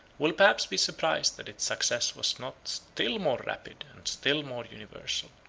will perhaps be surprised that its success was not still more rapid and still more universal.